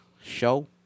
show